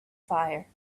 fire